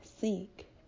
seek